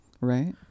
Right